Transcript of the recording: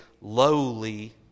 lowly